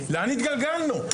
לאן התגלגלנו?